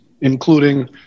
including